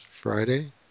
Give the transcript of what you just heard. Friday